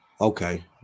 Okay